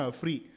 free